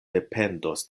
dependos